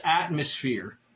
atmosphere